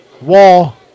Wall